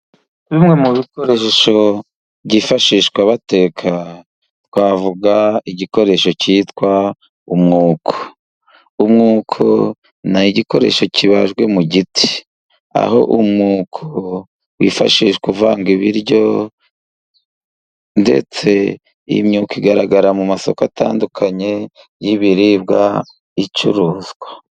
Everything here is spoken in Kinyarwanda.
Bimwe mu bikoresho byifashishwa bateka twavuga igikoresho cyitwa umwuko, umwuko ni igikoresho kibajwe mu giti aho umwuko wifashishwa ku kuvanga ibiryo ndetse iyi myuko igaragara mu masoko atandukanye y'ibiribwa icuruzwa.